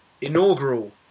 inaugural